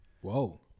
Whoa